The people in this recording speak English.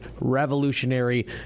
revolutionary